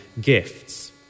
gifts